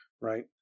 right